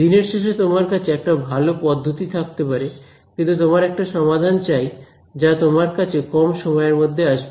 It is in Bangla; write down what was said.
দিনের শেষে তোমার কাছে একটা ভাল পদ্ধতি থাকতে পারে কিন্তু তোমার একটা সমাধান চাই যা তোমার কাছে কম সময়ের মধ্যে আসবে